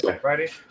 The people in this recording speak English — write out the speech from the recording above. Friday